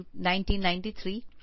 1993